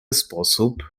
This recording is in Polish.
sposób